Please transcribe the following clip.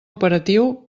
operatiu